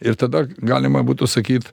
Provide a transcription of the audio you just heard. ir tada galima būtų sakyt